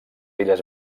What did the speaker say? illes